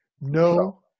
no